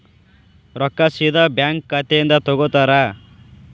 ರೊಕ್ಕಾ ಸೇದಾ ಬ್ಯಾಂಕ್ ಖಾತೆಯಿಂದ ತಗೋತಾರಾ?